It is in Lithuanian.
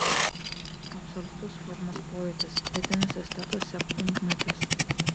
absoliutus formos pojūtis vidinis esteto sekundmatis